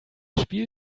spiel